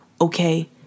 okay